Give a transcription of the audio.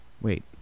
Wait